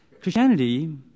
Christianity